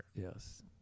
yes